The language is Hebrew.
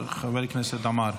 זה חבר הכנסת עמאר.